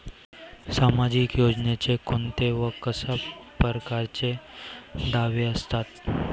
सामाजिक योजनेचे कोंते व कशा परकारचे दावे असतात?